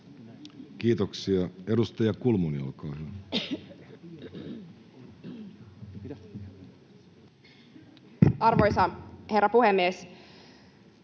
Kiitoksia. — Edustaja Berg, olkaa hyvä. Arvoisa puhemies!